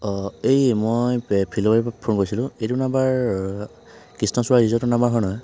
অঁ এই মই ফিল'বাৰী পৰা ফোন কৰিছিলো এইটো নম্বৰ কৃ্ষ্ণচূড়া ৰিজৰ্টৰ নম্বৰ হয় নহয়